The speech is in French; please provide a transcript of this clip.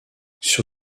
sur